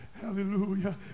Hallelujah